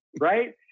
right